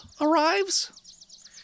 arrives